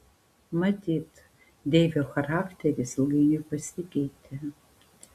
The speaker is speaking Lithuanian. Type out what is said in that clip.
matyt deivio charakteris ilgainiui pasikeitė